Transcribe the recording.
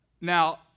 Now